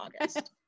August